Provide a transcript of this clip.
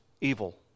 evil